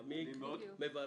מעמיק, מברר.